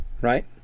right